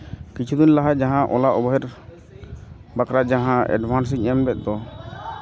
ᱠᱤᱪᱷᱩ ᱫᱤᱱ ᱞᱟᱦᱟ ᱡᱟᱦᱟᱸ ᱩᱞᱟ ᱚᱵᱮᱨ ᱵᱟᱠᱷᱨᱟ ᱡᱟᱦᱟᱸ ᱮᱰᱵᱷᱟᱱᱥ ᱤᱧ ᱮᱢ ᱞᱮᱜ ᱫᱚ